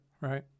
right